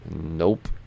Nope